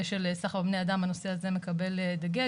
של סחר בבני אדם הנושא הזה מקבל דגש.